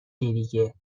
دیگه